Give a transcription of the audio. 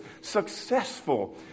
successful